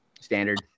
standard